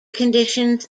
conditions